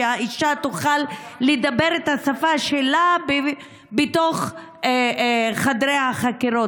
שהאישה תוכל לדבר את השפה שלה בתוך חדרי החקירות.